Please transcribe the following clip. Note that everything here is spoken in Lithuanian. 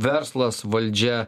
verslas valdžia